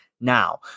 now